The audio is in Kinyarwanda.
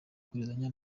kohererezanya